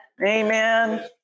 Amen